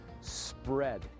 Spread